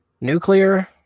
Nuclear